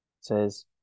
says